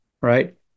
right